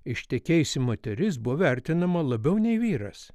ištekėjusi moteris buvo vertinama labiau nei vyras